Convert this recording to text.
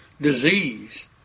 disease